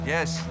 Yes